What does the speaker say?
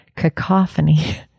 cacophony